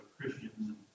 Christians